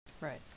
Right